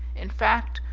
in fact,